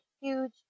huge